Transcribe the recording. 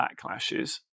backlashes